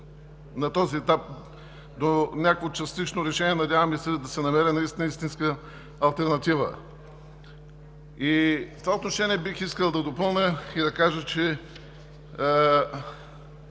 води до някакво частично решение. Надяваме се да се намери наистина истинска алтернатива. В това отношение бих искал да допълня и да кажа, че